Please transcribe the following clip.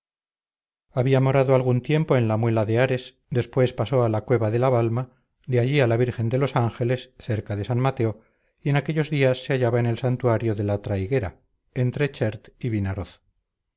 había morado algún tiempo en la muela de ares después pasó a la cueva de la balma de allí a la virgen de los ángeles cerca de san mateo y en aquellos días se hallaba en el santuario de la traiguera entre chert y vinaroz